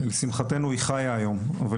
לשמחתנו, היא חיה היום.